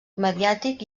mediàtic